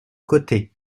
côté